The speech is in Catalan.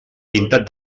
pintat